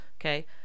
okay